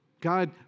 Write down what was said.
God